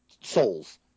souls